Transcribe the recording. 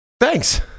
Thanks